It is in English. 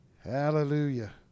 Hallelujah